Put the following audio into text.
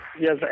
Yes